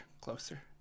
closer